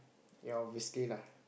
ya obviously lah